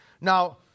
Now